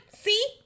See